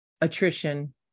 attrition